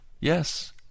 Yes